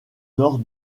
nord